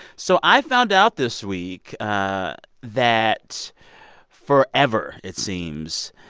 so i found out this week ah that forever, it seems,